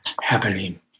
happening